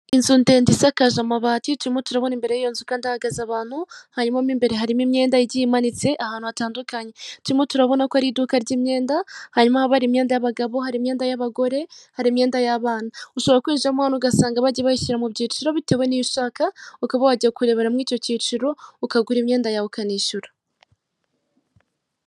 Inzu ndende isakaje amabati, turimo turabona imbere y'iyonzu kandi hahagaze abantu, hanyuma mo imbere harimo imyenda igiye imanitse ahantu hatandukanye, turimo turabona ko hari iduka ry'imyenda, hanyuma haba hari imyenda y'abagabo, hari imyenda y'abagore, hari imyenda y'abana. Ushobora kwiwinjiramo ugasanga bagiye bayishyira mu byiciro bitewe n'iyo ushaka ukaba wajya kurebera mu icyocyiciro ukagura imyenda yawe ukanishyura.